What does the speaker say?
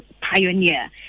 pioneer